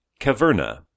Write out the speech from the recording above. Caverna